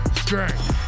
strength